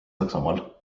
saksamaal